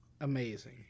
Amazing